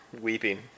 weeping